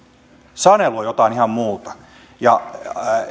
sanelu on jotain ihan muuta ja